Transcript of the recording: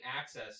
access